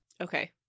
Okay